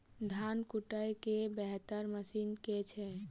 धान कुटय केँ बेहतर मशीन केँ छै?